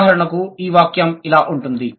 ఉదాహరణకు ఈ వాక్యము ఇలా ఉంటుంది